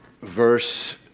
verse